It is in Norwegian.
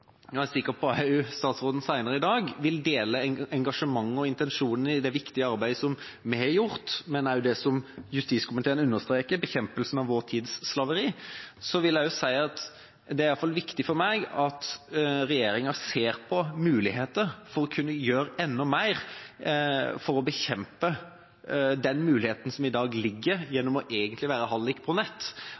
dele engasjementet og intensjonen i det viktige arbeidet som vi har gjort, men også det som justiskomiteen understreker, bekjempelsen av vår tids slaveri. Jeg vil også si at det er viktig for meg at regjeringa ser på muligheter for å kunne gjøre enda mer for å bekjempe den muligheten som i dag er der – det å være hallik på